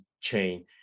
chain